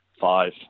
five